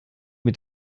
mit